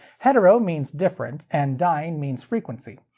hetero means different, and dyne means frequency.